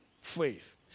faith